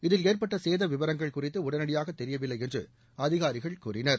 இதில் ஏற்பட்ட சேத விவரங்கள் குறித்து உடனடியாக தெரியவில்லை என்று அதிகாரிகள் கூறினர்